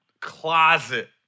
closet